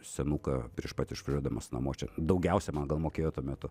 senuką prieš pat išvažiuodamas namo čia daugiausia man gal mokėjo tuo metu